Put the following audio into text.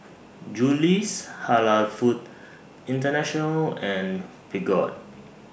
Julie's Halal Foods International and Peugeot